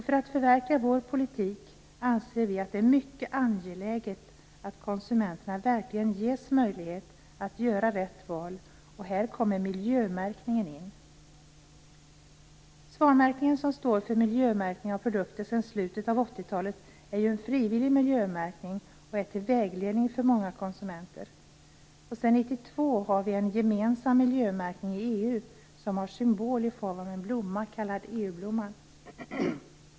För att förverkliga vår politik anser vi att det är angeläget att konsumenterna verkligen ges möjlighet att göra rätt val. Här kommer miljömärkningen in. Svanmärkningen står för miljömärkning av produkter sedan slutet av 80-talet och är en frivillig miljömärkning. Den är också till vägledning för många konsumenter. Sedan 1992 har vi en gemensam miljömärkning i EU som symboliseras med en blomma, den s.k. EU-blomman.